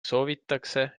soovitakse